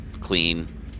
clean